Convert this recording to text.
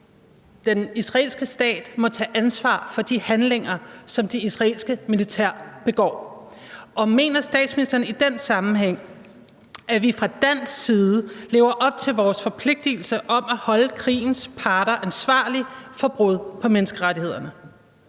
den israelske stat må tage ansvar for de handlinger, som det israelske militær begår. Og mener statsministeren i den sammenhæng, at vi fra dansk side lever op til vores forpligtelse om at holde krigens parter ansvarlige for brud på menneskerettighederne?